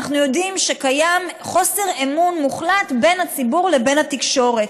אנחנו יודעים שקיים חוסר אמון מוחלט בין הציבור לבין התקשורת.